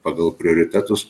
pagal prioritetus